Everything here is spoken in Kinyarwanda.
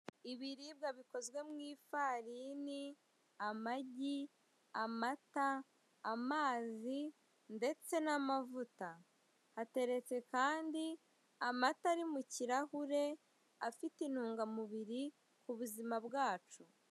Ibiribwa bikozwe mu ifarini, amagi, amata, amazi ndetse n'amavuta, hateretse kandi amata ari mu kirahure afite intungamubiri ku buzima bwacu.